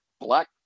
black